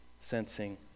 sensing